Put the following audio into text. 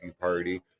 party